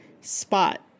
spot